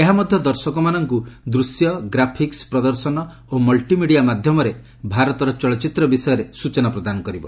ଏହା ମଧ୍ୟ ଦର୍ଶକମାନଙ୍କୁ ଦୃଶ୍ୟ ଗ୍ରାଫିକ୍ୱ ପ୍ରଦର୍ଶନ ଓ ମଲ୍ଟିମିଡିଆ ମାଧ୍ୟମରେ ଭାରତର ଚଳଚ୍ଚିତ୍ର ବିଷୟରେ ସ୍ୱଚନା ପ୍ରଦାନ କରିବ